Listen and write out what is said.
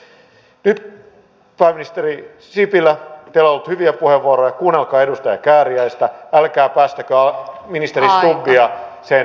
nyt pääministeri sipilä teillä on ollut hyviä puheenvuoroja kuunnelkaa edustaja kääriäistä älkää päästäkö ministeri stubbia sen ruiskukansinisen kynän kanssa mukaan puhemies antoi puheenvuoron seuraavalle puhujalle